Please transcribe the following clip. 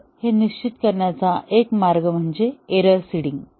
तर हे निश्चित करण्याचा एक मार्ग म्हणजे एरर सीडिंग